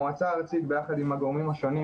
המועצה הארצית ביחד עם הגורמים השונים,